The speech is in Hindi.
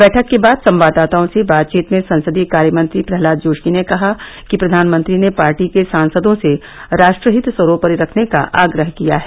बैठक के बाद संवाददाताओं से बातचीत में संसदीय कार्यमंत्री प्रहलाद जोशी ने कहा कि प्रधानमंत्री ने पार्टी के सांसदों से राष्ट्रहित सर्वोपरि रखने का आग्रह किया है